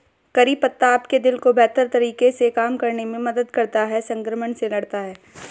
करी पत्ता आपके दिल को बेहतर तरीके से काम करने में मदद करता है, संक्रमण से लड़ता है